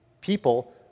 People